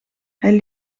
hij